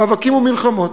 מאבקים ומלחמות,